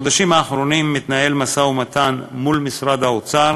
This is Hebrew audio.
בחודשים האחרונים מתנהל משא-ומתן מול משרד האוצר